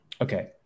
Okay